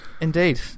indeed